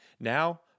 Now